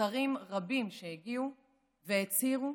שרים רבים שהגיעו והצהירו